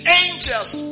angels